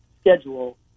schedule